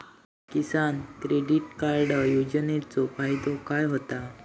किसान credit card योजनेचो फायदो काय होता?